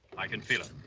i can feel